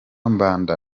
mbanda